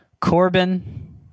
Corbin